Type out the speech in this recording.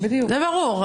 בסדר גמור.